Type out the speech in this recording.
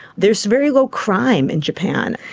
there's very low crime in japan.